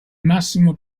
massimo